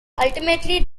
ultimately